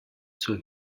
zur